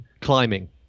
climbing